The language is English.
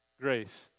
Grace